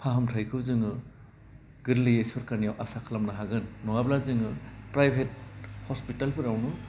फाहामथाइखौ जोङो गोरलैयै सरकारनियाव आसा खालामनो हागोन नङाबा जोङो प्राइभेट हस्पितालफोरावनो